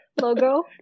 logo